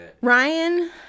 Ryan